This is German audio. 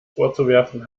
vorzuwerfen